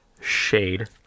Shade